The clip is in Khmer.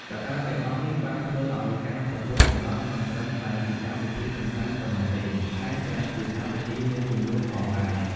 កត្តាទាំងអស់នេះបានធ្វើឱ្យការប្រកួតសម្រស់មិនត្រឹមតែជាកម្មវិធីកម្សាន្តប៉ុណ្ណោះទេ ថែមទាំងជាកម្មវត្ថុនៃជម្លោះផងដែរ។